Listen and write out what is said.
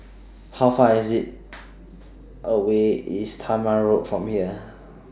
How Far IS IT away IS Talma Road from here